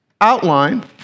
outline